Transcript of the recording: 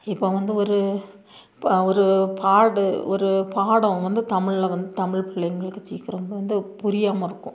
இப்போ வந்து ஒரு இப்போ ஒரு பாட்டு ஒரு பாடம் வந்து தமிழ்ல வந்து தமிழ் பிள்ளைங்களுக்கு சிக்கிரம் வந்து புரியாமல் இருக்கும்